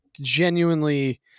genuinely